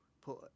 put